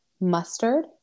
Mustard